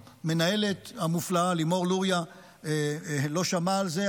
המנהלת המופלאה לימור לוריא לא שמעה על זה,